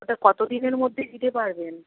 ওটা কতদিনের মধ্যে দিতে পারবেন